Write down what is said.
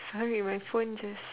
sorry my phone just